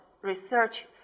research